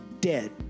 dead